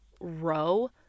row